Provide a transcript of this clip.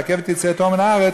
לעכב את יציאתו מהארץ,